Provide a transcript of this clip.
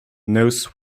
knows